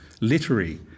literary